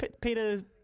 Peter